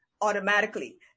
automatically